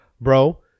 bro